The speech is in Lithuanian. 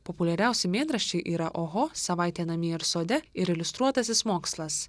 populiariausi mėnraščiai yra oho savaitė namie ir sode ir iliustruotasis mokslas